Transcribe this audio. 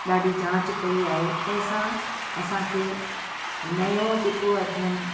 ॾाढी जांच कई आहे तंहिंसां असांखे नयो जेको अध्यन